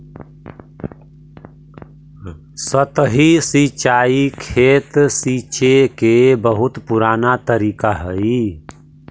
सतही सिंचाई खेत सींचे के बहुत पुराना तरीका हइ